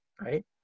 right